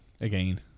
Again